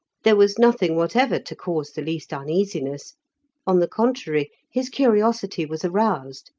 there was nothing whatever to cause the least uneasiness on the contrary, his curiosity was aroused,